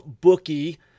bookie